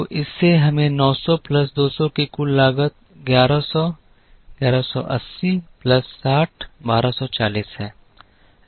तो इससे हमें 900 प्लस 200 की कुल लागत 1100 1180 प्लस 60 1240 है